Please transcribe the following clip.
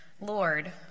Lord